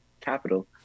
capital